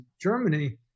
Germany